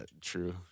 true